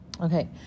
Okay